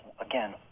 again